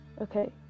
Okay